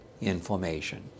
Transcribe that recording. inflammation